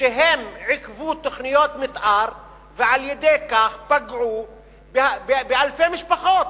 שהם עיכבו תוכניות מיתאר ועל-ידי כך פגעו באלפי משפחות.